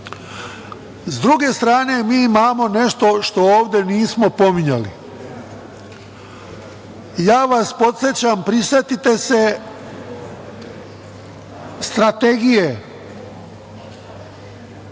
druge strane mi imamo nešto što ovde nismo pominjali. Ja vas podsećam, prisetite se strategije